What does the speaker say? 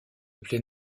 plein